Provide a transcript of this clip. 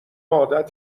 عادت